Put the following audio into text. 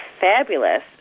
fabulous